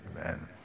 Amen